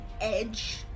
edge